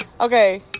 okay